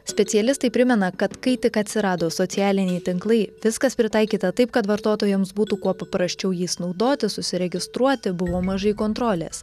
specialistai primena kad kai tik atsirado socialiniai tinklai viskas pritaikyta taip kad vartotojams būtų kuo paprasčiau jais naudotis užsiregistruoti buvo mažai kontrolės